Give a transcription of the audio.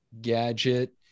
gadget